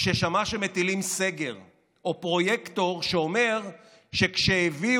כששמעה שמטילים סגר או פרויקטור שאומר שכשהביאו